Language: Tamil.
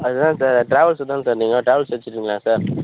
அதுதான் சார் டிராவல்ஸு தான் சார் நீங்கள் ட்ராவல்ஸ் வச்சுருக்கங்களா சார்